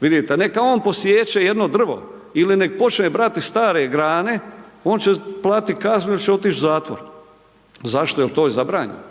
vidite neka on posječe jedno drvo ili nek počne brati stare grane on će platiti kaznu il će otići u zatvor. Zašto, jer to je zabranjeno,